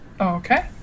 Okay